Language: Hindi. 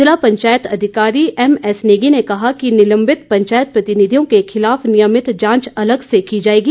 जिला पंचायत अधिकारी एमएस नेगी ने कहा कि निलंबित पंचायत प्रतिनिधियों के खिलाफ नियमित जांच अलग से की जाएगी